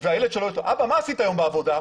והילד שואל אותו, אבא, מה עשית היום בעבודה?